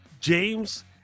James